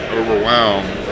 overwhelmed